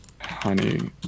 Honey